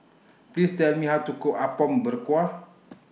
Please Tell Me How to Cook Apom Berkuah